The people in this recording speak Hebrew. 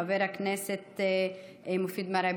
חבר הכנסת מופיד מרעי,